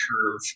curve